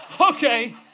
Okay